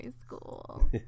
school